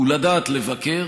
הוא לדעת לבקר